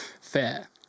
Fair